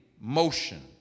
motion